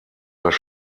das